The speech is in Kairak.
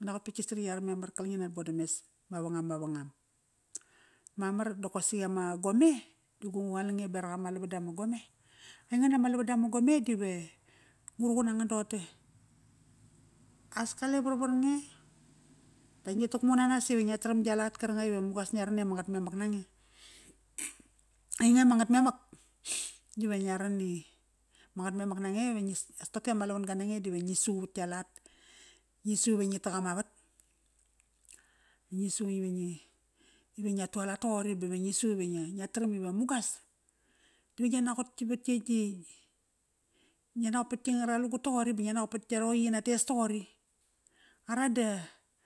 ngia naqot pat tki sariyar memar, kale ngi na bodames mavangam, mavangam. Mamar, dokosi ama gome, di gu nga lange beraqama lavada ma gome dive ngu ruqum nangan nangan daqote. As kale varvar nge, da ngi tukmu nanas ive ngia taram gia lat karkanga ive mugas ngia ran i ama ngat memak nange. Ainge ama ngat memak dive ngia ran i ama ngat memak nange ive as toqote i ama lava-ga nange dive ngi su vat tka lat. Ngi su ive ngi tak ama vat, ngi su ive ngi, ive ngia tualat toqori. Bave ngi su ive ngi taram ive mugas dive ngi naqot vat gi, gi, gi ngia naqot pat gi ngara lugut toqori ba ngia naqot pat tka roqi yi nates toqori, ara da.